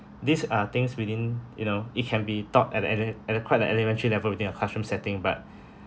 these are things within you know it can be taught at a at a at a quite the elementary level within a classroom setting but